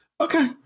Okay